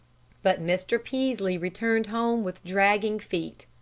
but mr. peaslee returned home with dragging feet.